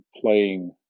playing